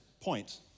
point